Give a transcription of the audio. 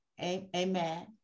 amen